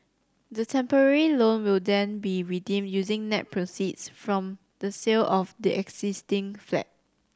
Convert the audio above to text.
the temporary loan will then be redeemed using net proceeds from the sale of the existing flat